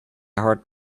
hard